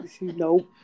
Nope